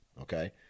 okay